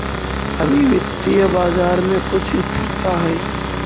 अभी वित्तीय बाजार में कुछ स्थिरता हई